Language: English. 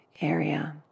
area